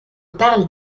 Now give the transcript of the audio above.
parle